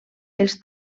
els